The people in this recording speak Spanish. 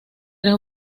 tres